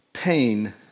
Pain